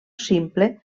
simple